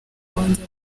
wanjye